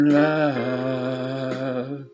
love